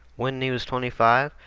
when he was twenty five,